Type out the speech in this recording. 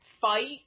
fight